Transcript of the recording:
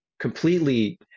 completely